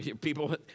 People